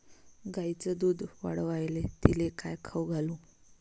गायीचं दुध वाढवायले तिले काय खाऊ घालू?